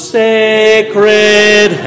sacred